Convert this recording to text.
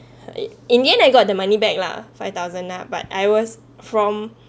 in the end I got the money back lah five thousand lah but I was from